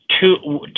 two